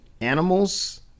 animals